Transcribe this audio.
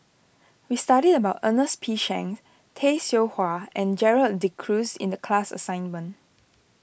we studied about Ernest P Shanks Tay Seow Huah and Gerald De Cruz in the class assignment